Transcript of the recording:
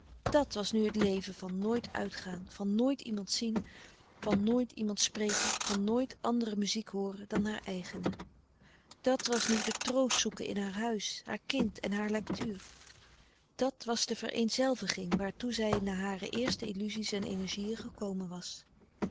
dat was nu het leven van nooit uitgaan van nooit iemand zien van nooit iemand spreken van nooit andere muziek hooren dan haar eigene dat was nu de troost zoeken in haar huis haar kind en haar lectuur dat was de vereenzelviging waartoe zij na hare eerste illuzies en energieën gekomen was